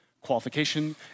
qualification